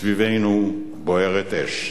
סביבנו בוערת אש.